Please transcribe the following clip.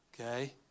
Okay